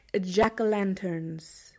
jack-o'-lanterns